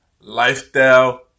Lifestyle